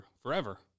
forever